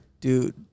Dude